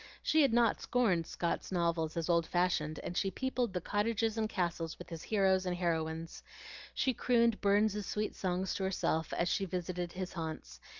she had not scorned scott's novels as old-fashioned, and she peopled the cottages and castles with his heroes and heroines she crooned burns's sweet songs to herself as she visited his haunts,